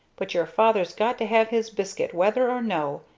but your father's got to have his biscuit whether or no.